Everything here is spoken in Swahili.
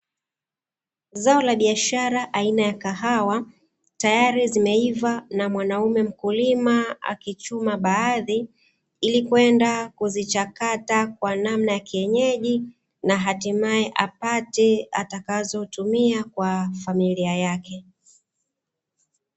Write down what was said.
Zao la biashara aina ya kahawa, tayari zimeiva na mwanaume mkulima akichuma baadhi, ili kwenda kuzichakata kwa namna ya kienyeji na hatimaye apate atakazotumia kwa familia yake.